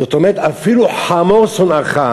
זאת אומרת, אפילו חמור שונאך,